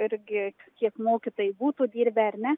irgi kiek mokytojai būtų dirbę ar ne